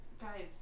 guys